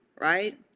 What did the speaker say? right